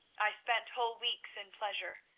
i spent whole weeks in pleasure.